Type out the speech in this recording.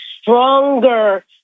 stronger